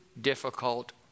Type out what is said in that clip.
difficult